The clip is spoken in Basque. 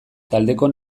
taldeko